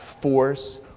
force